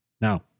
Now